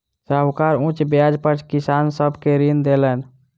साहूकार उच्च ब्याज पर किसान सब के ऋण देलैन